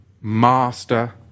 master